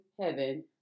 heaven